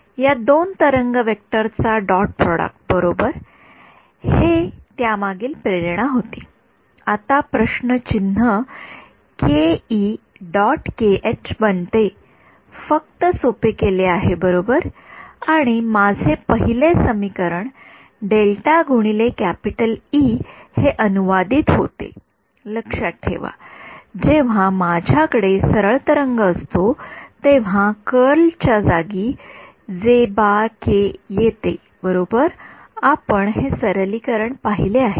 या दोन तरंग वेक्टर चा डॉट प्रोडक्ट बरोबर हि त्यामागील प्रेरणा होती आता बनते फक्त सोप्पे केले आहे बरोबर आणि माझे पहिले समीकरण हे अनुवादित होते लक्षात ठेवा जेव्हा माझ्याकडे सरळ तरंग असतो तेव्हा कर्ल च्या जागी येते बरोबर आपण हे सरलीकरण पाहिले आहे